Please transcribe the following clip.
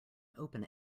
open